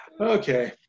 Okay